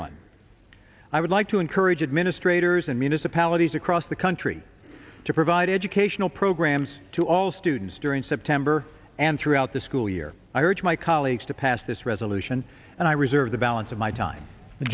everyone i would like to encourage administrator toure's and municipalities across the country to provide educational programs to all students during september and throughout the school year i urge my colleagues to pass this resolution and i reserve the balance of my time the